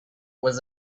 was